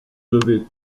devez